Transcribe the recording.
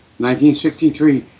1963